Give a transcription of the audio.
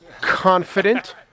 confident